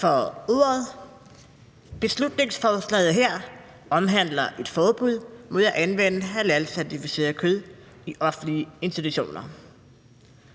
for ordet. Beslutningsforslaget her omhandler et forbud mod at anvende halalcertificeret kød i offentlige institutioner.